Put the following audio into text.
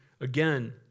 again